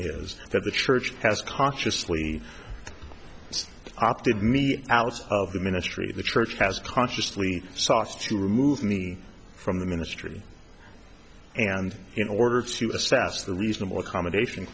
is that the church has consciously opted me out of the ministry the church has consciously sauce to remove me from the ministry and in order to assess the reasonable accommodation